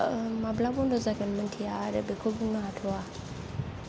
माब्ला बुंनो जागोन मिन्थिया आरो बेखौ बुंनो हाथ'आ